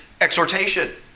exhortation